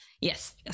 yes